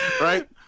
Right